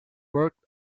worked